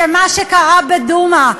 שמה שקרה בדומא,